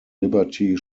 liberty